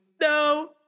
No